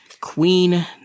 Queen